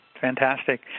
Fantastic